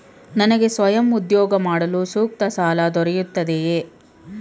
ನನಗೆ ಸ್ವಯಂ ಉದ್ಯೋಗ ಮಾಡಲು ಸೂಕ್ತ ಸಾಲ ದೊರೆಯುತ್ತದೆಯೇ?